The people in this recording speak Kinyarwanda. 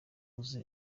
uzi